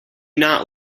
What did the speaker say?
not